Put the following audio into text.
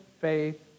faith